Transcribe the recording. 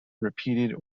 repeated